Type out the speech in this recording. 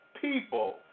people